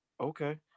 Okay